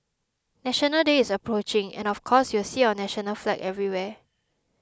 National Day is approaching and of course you'll see our national flag everywhere